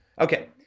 Okay